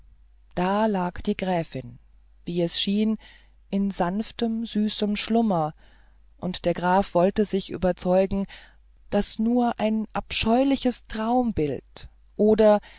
da lag die gräfin wie es schien in sanftem süßem schlummer und der graf wollte sich überzeugen daß nur ein abscheuliches traumbild oder